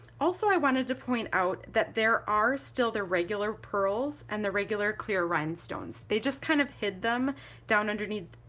also i wanted to point out that there are still the regular pearls and the regular clear rhinestones, they just kind of hid them down underneath,